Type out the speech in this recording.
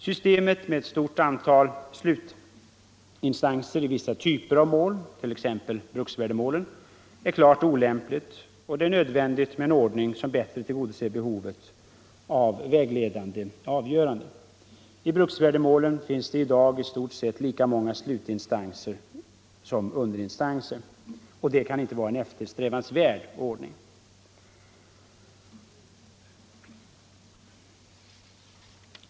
Systemet med ett stort antal slut instanser i vissa typer av mål, t.ex. bruksvärdemålen, är klart olämpligt, och det är nödvändigt med en ordning som bättre tillgodoser behovet av vägledande avgöranden. I bruksvärdemålen finns det i dag i stort sett lika många slutinstanser som underinstanser. Detta kan inte vara en eftersträvansvärd ordning.